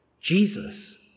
Jesus